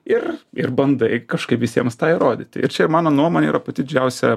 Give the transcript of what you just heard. ir ir bandai kažkaip visiems tą įrodyti ir čia mano nuomone yra pati didžiausia